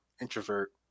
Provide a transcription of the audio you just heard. introvert